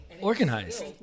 organized